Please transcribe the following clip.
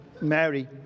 Mary